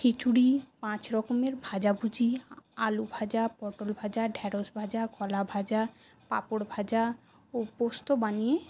খিচুড়ি পাঁচ রকমের ভাজাভুজি আলু ভাজা পটল ভাজা ঢ্যাঁড়স ভাজা কলা ভাজা পাঁপড় ভাজা ও পোস্ত বানিয়ে